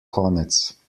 konec